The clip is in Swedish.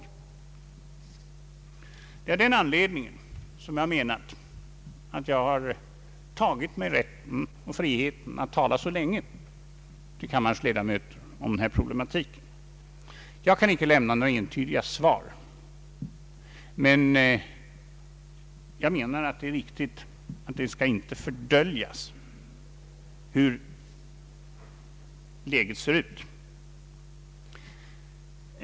Det är av den anledningen som jag har tagit mig rätten och friheten att tala så länge till kammarens ledamöter om den här problematiken. Jag kan inte lämna några entydiga svar, men jag anser att det är Ang. den ekonomiska politiken viktigt alt inte fördölja hur läget ser ut.